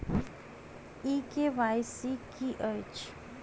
ई KYC की अछि?